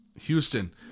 Houston